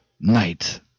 night